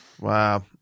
Wow